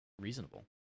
reasonable